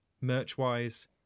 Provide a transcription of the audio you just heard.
merch-wise